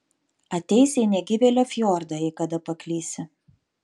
ateisi į negyvėlio fjordą jei kada paklysi